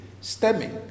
stemming